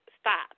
stop